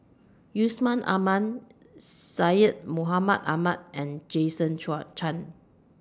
Yusman Aman Syed Mohamed Ahmed and Jason Chan